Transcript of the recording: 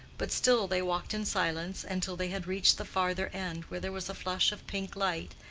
but still they walked in silence until they had reached the farther end where there was a flush of pink light,